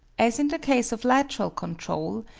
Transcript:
as in the case of lateral control,